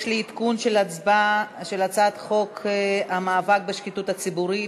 יש לי עדכון לגבי הצעת חוק המאבק בשחיתות הציבורית,